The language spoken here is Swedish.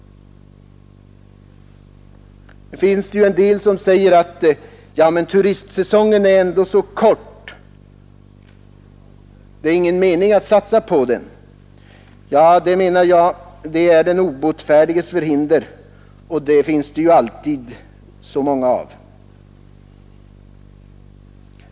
Det finns de som säger att turistsäsongen är så kort att det inte är någon mening att satsa på den. Det är, tycker jag, den obotfärdiges förhinder, som det alltid finns så många av.